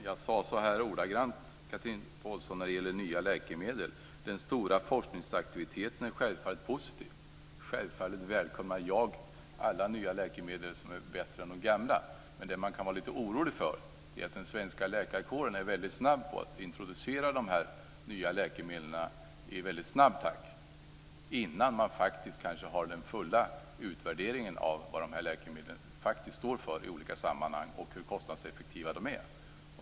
Fru talman! När det gäller nya läkemedel, Chatrine Pålsson, sade jag ordagrannt: Den stora forskningsaktiviteten är självfallet positiv. Självfallet välkomnar jag alla nya läkemedel som är bättre än de gamla. Det man kan vara lite orolig för är att den svenska läkarkåren är väldigt snabb med att introducera nya läkemedel i snabb takt, innan man kanske har en full utvärdering av vad de faktiskt står för i olika sammanhang och av hur kostnadseffektiva de är.